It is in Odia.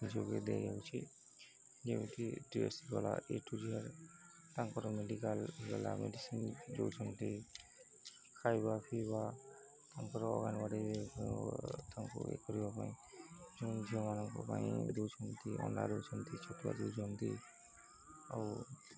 ଯୋଗେଇ ଦିଆଯାଉଛି ଯେମିତିି ଝିଅର ତାଙ୍କର ମେଡିକାଲ୍ ହେଲା ମେଡିସିନ୍ ଦେଉଛନ୍ତି ଖାଇବା ପିଇବା ତାଙ୍କର ଅଙ୍ଗନବାଡ଼ି ତାଙ୍କୁ ଏ କରିବା ପାଇଁ ଝିଅମାନଙ୍କ ପାଇଁ ଦେଉଛନ୍ତି ଅଣ୍ଡା ଦେଉଛନ୍ତି ଛତୁଆ ଦେଉଛନ୍ତି ଆଉ